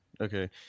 Okay